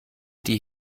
die